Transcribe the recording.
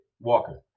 Walker